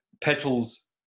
petals